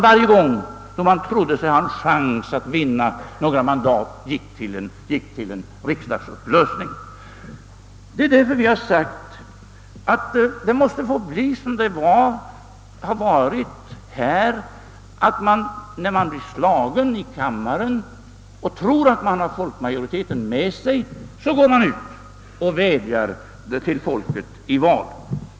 Varje gång man trodde sig ha en chans att vinna några mandat gick man till en riksdagsupplösning. Mot denna bakgrund har vi ansett att det endast är vid tillfällen när man blir besegrad i kammaren och tror att man har folkets majoritet med sig man skall gå ut och vädja till folket i val.